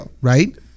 right